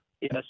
Yes